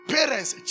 Parents